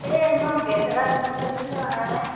এই মই গেছ এটা বুকিং কৰিছিলোঁ অহাই নাই